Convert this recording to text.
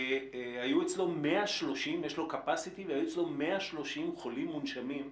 יש לו Capacity והיו אצלו 130 חולים מונשמים,